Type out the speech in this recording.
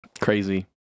Crazy